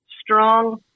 strong